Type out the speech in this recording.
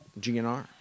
GNR